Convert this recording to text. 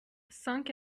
cinq